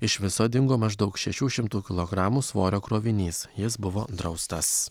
iš viso dingo maždaug šešių šimtų kilogramų svorio krovinys jis buvo draustas